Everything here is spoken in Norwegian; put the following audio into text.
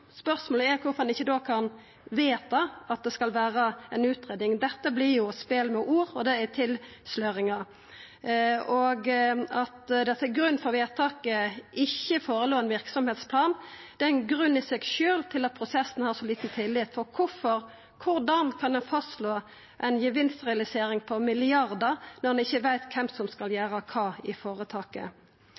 kan vedta at det skal vera ei utgreiing. Dette vert spel med ord, og det er tilsløringar. At det til grunn for vedtaket ikkje låg føre ein verksemdsplan, er ein grunn i seg sjølv til at prosessen har så liten tillit. For korleis kan ein fastslå ei gevinstrealisering på milliardar, når ein ikkje veit kven som skal gjera kva i